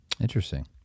Interesting